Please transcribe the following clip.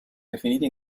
definiti